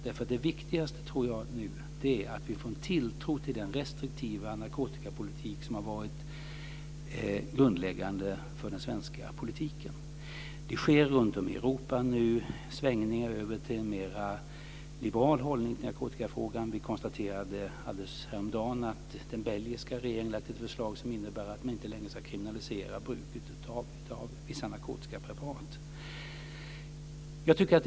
Det viktigaste nu är att vi får en tilltro till den restriktiva narkotikapolitik som har varit grundläggande för den svenska politiken. Runtom i Europa sker nu en svängning över till en mer liberal hållning till narkotikafrågan. Vi konstaterade häromdagen att den belgiska regeringen har lagt ett förslag som innebär att man inte längre ska kriminalisera bruket av vissa narkotiska preparat.